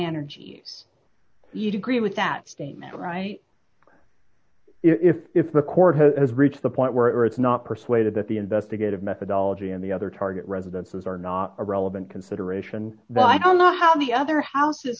energies you'd agree with that statement right if if the court has reached the point where it's not persuaded that the investigative methodology and the other target residences are not a relevant consideration though i don't know how the other house